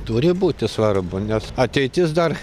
turi būti svarbu nes ateitis dar